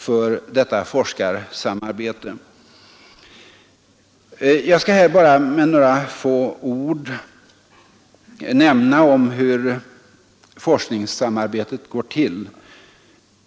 för detta forskarsamarbete. Nr 73 Jag skall här bara med några få ord nämna hur forskningssamarbetet Onsdagen den går till.